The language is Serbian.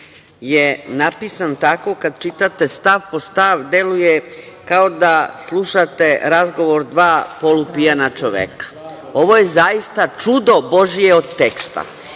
je napisan tako kad čitate stav po stav deluje kao da slušate razgovor dva polupijana čoveka. Ovo je zaista čudo Božije od teksta. Ako